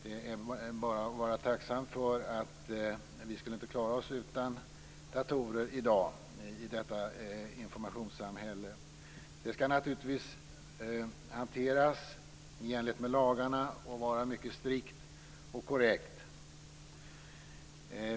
Det är bara att vara tacksam för det, för vi skulle inte klara oss utan datorer i dagens informationssamhälle. Detta skall naturligtvis hanteras i enlighet med lagarna och vara mycket strikt och korrekt.